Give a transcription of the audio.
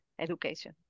education